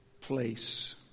place